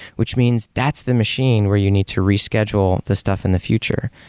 which means that's the machine where you need to reschedule the stuff in the future,